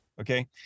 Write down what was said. Okay